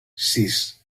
sis